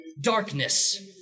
Darkness